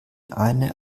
eine